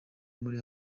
muri